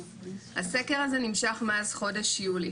הסקר הזה נמשך מאז חודש יולי,